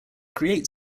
create